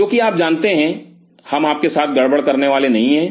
जो कि आप जानते हैं हम आपके साथ गड़बड़ करने वाले नहीं हैं